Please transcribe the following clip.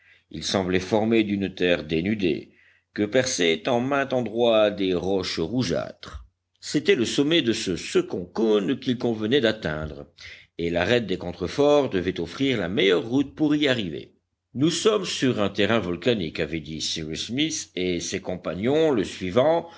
il semblait formé d'une terre dénudée que perçaient en maint endroit des roches rougeâtres c'était le sommet de ce second cône qu'il convenait d'atteindre et l'arête des contreforts devait offrir la meilleure route pour y arriver nous sommes sur un terrain volcanique avait dit cyrus smith et ses compagnons le suivant